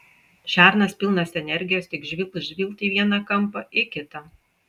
šernas pilnas energijos tik žvilgt žvilgt į vieną kampą į kitą